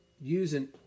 using